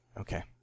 Okay